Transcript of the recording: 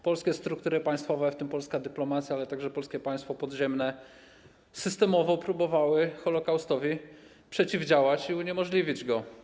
Polskie struktury państwowe, w tym polska dyplomacja, ale także polskie państwo podziemne, systemowo próbowały holokaustowi przeciwdziałać i uniemożliwić go.